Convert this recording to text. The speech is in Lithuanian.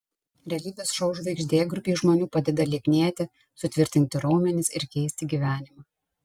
realybės šou žvaigždė grupei žmonių padeda lieknėti sutvirtinti raumenis ir keisti gyvenimą